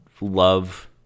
love